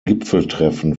gipfeltreffen